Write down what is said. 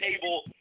table